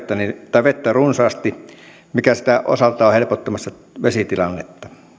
myös vettä runsaasti mikä sitten osaltaan on helpottamassa vesitilannetta